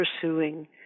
pursuing